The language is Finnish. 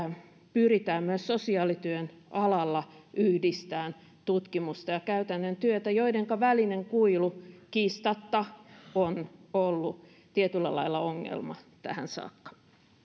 pyritään myös sosiaalityön alalla yhdistämään tutkimusta ja käytännön työtä joidenka välinen kuilu kiistatta on ollut tietyllä lailla ongelma tähän saakka